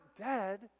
dead